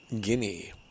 Guinea